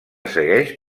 segueix